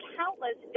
countless